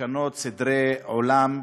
לשנות סדרי עולם,